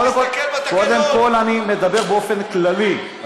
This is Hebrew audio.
קודם כול אני מדבר באופן כללי.